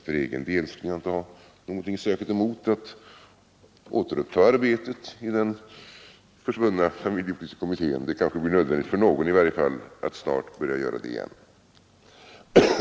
För egen del skulle jag inte ha något särskilt emot att återuppta arbetet i den försvunna familjepolitiska kommittén. Det kanske blir nödvändigt, för någon i varje fall, att snart börja göra det.